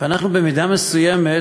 ואנחנו במידה מסוימת